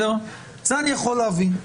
זה אני יכול להבין,